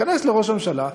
תיכנס לראש הממשלה,